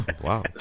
Wow